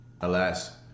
Alas